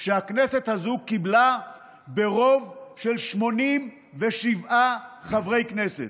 שהכנסת הזו קיבלה ברוב של 87 חברי כנסת.